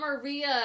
Maria